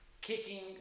kicking –